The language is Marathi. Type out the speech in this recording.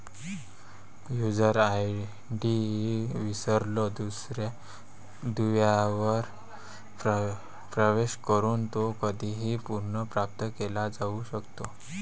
यूजर आय.डी विसरलो दुव्यावर प्रवेश करून तो कधीही पुनर्प्राप्त केला जाऊ शकतो